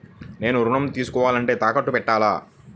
నేను ఋణం తీసుకోవాలంటే తాకట్టు పెట్టాలా?